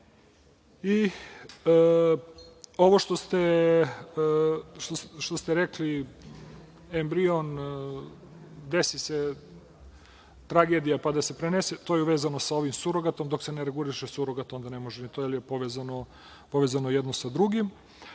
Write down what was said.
što ste rekli embrion, desi se tragedija, pa da se prenese, to je vezano sa ovim surogatom, dok se ne reguliše surogat onda ne može ni to jer je povezano jedno sa drugim